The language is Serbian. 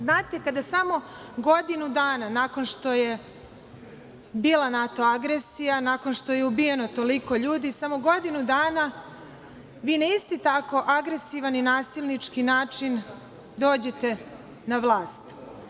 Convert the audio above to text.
Znate, kada samo godinu dana nakon što je bila NATO agresija, nakon što je ubijeno toliko ljudi, samo godinu dana vi na isti tako agresivan i nasilnički način dođete na vlast.